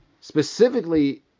specifically